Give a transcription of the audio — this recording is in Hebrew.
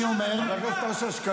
עזבו וירקו בפרצוף של,